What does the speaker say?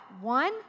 one